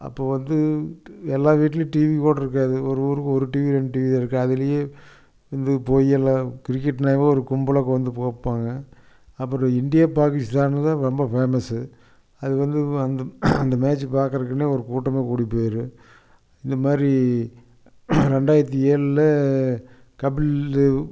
அப்போது வந்து எல்லா வீட்டிலையும் டிவி கூட இருக்காது ஒரு ஊருக்கு ஒரு டிவி ரெண்டு டிவி தான் இருக்கும் அதுலேயும் இந்த கிரிக்கெட்னாவே ஒரு கும்பலாக உட்காந்து பாப்பாங்க அப்புறம் இந்தியா பாகிஸ்தான் தான் ரொம்ப ஃபேமஸ் அது வந்து அந்த அந்த மேட்ச் பார்க்குறதுக்குன்னே ஒரு கூட்டமே கூடி போயிடும் இந்த மாதிரி ரெண்டாயிரத்தி ஏழில் கபில்தேவ்